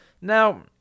Now